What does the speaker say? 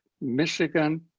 Michigan